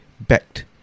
backed